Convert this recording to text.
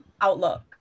outlook